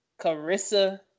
Carissa